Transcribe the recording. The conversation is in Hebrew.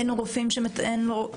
אין רופאים?